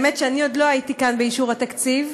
האמת שאני עוד לא הייתי כאן באישור התקציב,